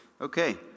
Okay